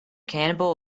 cannibal